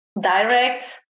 direct